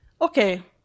Okay